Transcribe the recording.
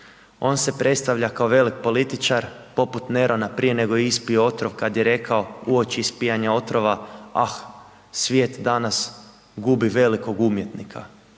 on se predstavlja kao velik političar poput Nerona prije nego je ispio otrov kad je rekao uoči ispijanja otvora „ah, svijet danas gubi velikog umjetnika“